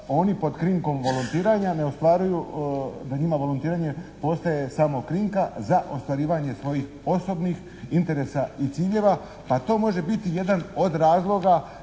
oni pod krinkom volontiranja ne ostvaruju, da njima volontiranje postaje samo krinka za ostvarivanje svojih osobnih interesa i ciljeva pa to može biti jedan od razloga